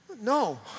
No